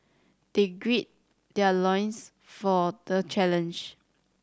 they gird their loins for the challenge